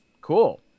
cool